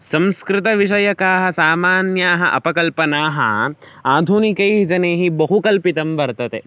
संस्कृतविषयकाः सामान्याः अपकल्पनाः आधुनिकैः जनैः बहु कल्पितं वर्तते